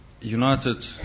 united